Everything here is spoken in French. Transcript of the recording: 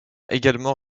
également